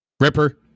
Ripper